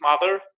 mother